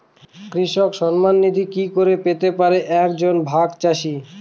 কৃষক সন্মান নিধি কি করে পেতে পারে এক জন ভাগ চাষি?